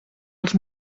els